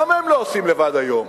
למה הם לא עושים בעצמם היום?